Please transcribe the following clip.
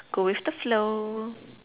go with the flow